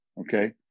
Okay